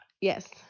Yes